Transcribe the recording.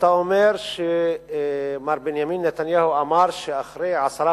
אתה אומר שמר בנימין נתניהו אמר שאחרי עשרה